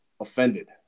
offended